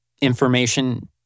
information